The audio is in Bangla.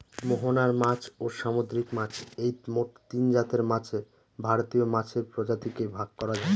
মোহনার মাছ, ও সামুদ্রিক মাছ এই মোট তিনজাতের মাছে ভারতীয় মাছের প্রজাতিকে ভাগ করা যায়